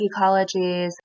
ecologies